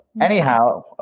anyhow